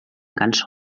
cançó